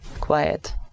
Quiet